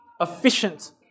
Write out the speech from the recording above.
efficient